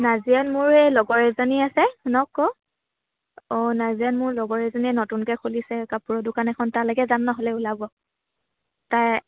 নাজিৰান মোৰ এই লগৰ এজনী আছে শুনক আকৌ অঁ নাজিৰাত মোৰ লগৰ এজনীয়ে নতুনকৈ খুলিছে কাপোৰৰ দোকান এখন তালৈকে যাম নহ'লে ওলাব তাই